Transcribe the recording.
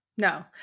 No